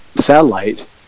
satellite